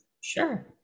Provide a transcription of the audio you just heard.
Sure